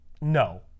No